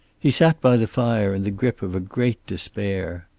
he sat by the fire in the grip of a great despair.